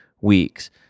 weeks